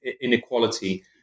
inequality